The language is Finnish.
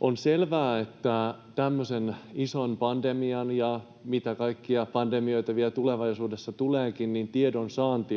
On selvää, että tämmöisen ison pandemian suhteen, ja mitä kaikkia pandemioita vielä tulevaisuudessa tuleekin, on tärkeää tiedonsaanti